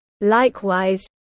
Likewise